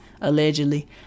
allegedly